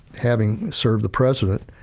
having served the president,